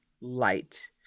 light